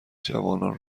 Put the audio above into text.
جوانان